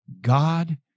God